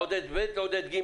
לעודד ב', לעודד ג'.